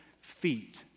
feet